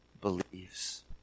believes